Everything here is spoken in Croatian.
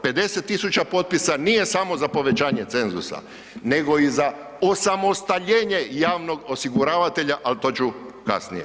50.000 potpisa nije samo za povećanje cenzusa, nego i za osamostaljenje javnog osiguravatelja, ali to ću kasnije.